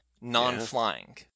non-flying